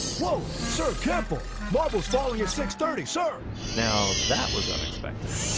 whoa sir careful marbles falling at six thirty sir now that was unexpected